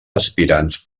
aspirants